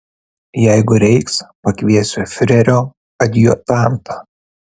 jeigu reiks pakviesiu fiurerio adjutantą